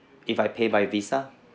if I pay by visa